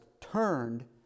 turned